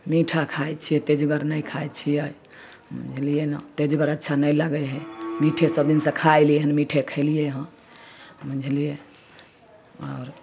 मीठा खाइ छिए तेजगर नहि खाइ छिए बुझलिए ने तेजगर अच्छा नहि लागै हइ मीठे सबदिनसँ खा अएलिए हँ मीठे खेलिए हँ बुझलिए आओर